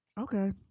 Okay